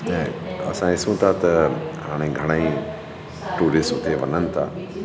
ऐं असां ॾिसूं था त हाणे घणेई ट्यूरिस्ट उते वञनि था